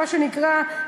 מה שנקרא,